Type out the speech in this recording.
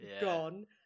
gone